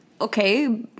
Okay